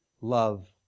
love